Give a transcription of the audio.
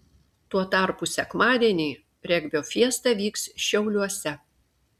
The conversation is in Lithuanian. tuo tarpu sekmadienį regbio fiesta vyks šiauliuose